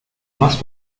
más